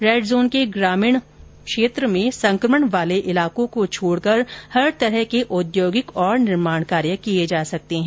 red zone के ग्रामीण क्षेत्र में संकमण वाले इलाकों को छोड़कर हर तरह के औद्योगिक और निर्माण कार्य किए जा सकते हैं